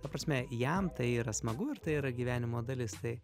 ta prasme jam tai yra smagu ir tai yra gyvenimo dalis tai